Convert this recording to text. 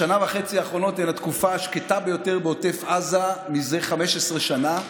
השנה וחצי האחרונות היו התקופה השקטה ביותר בעוטף עזה מזה 15 שנה.